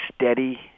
steady